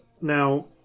Now